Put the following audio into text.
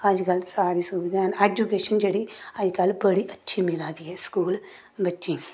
अजकल्ल सारी सुबधा हैन ऐजुकेशन जेह्ड़ी अजकल्ल बड़ी अच्छी मिला दी ऐ स्कूल बच्चें गी